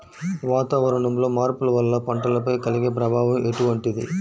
వాతావరణంలో మార్పుల వల్ల పంటలపై కలిగే ప్రభావం ఎటువంటిది?